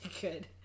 good